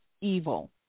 evil